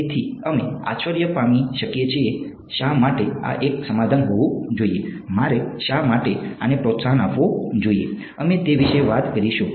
તેથી અમે આશ્ચર્ય પામી શકીએ કે શા માટે આ એક સમાધાન હોવું જોઈએ મારે શા માટે આને પ્રોત્સાહન આપવું જોઈએ અમે તે વિશે વાત કરીશું